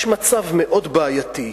יש מצב מאוד בעייתי,